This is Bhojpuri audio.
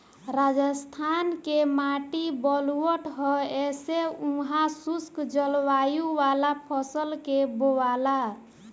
राजस्थान के माटी बलुअठ ह ऐसे उहा शुष्क जलवायु वाला फसल के बोआला